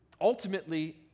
Ultimately